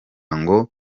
ngo